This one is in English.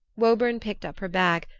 woburn picked up her bag,